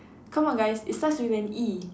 come on guys it starts with an E